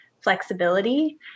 flexibility